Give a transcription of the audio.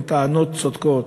הן טענות צודקות?